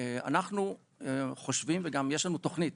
אנחנו חושבים וגם יש לנו תוכנית,